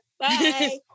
Bye